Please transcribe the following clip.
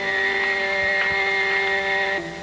and